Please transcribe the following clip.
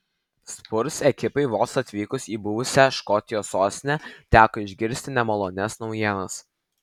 spurs ekipai vos atvykus į buvusią škotijos sostinę teko išgirsti nemalonias naujienas